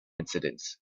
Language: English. incidents